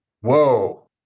Whoa